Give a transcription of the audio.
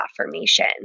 affirmation